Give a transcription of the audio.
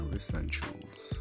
essentials